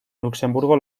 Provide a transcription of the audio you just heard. luxemburgo